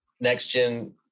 next-gen